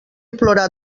plorar